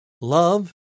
Love